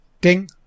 Ding